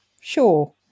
sure